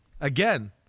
again